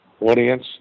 audience